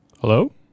Hello